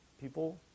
People